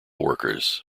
workers